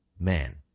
man